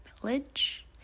village